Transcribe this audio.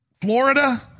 Florida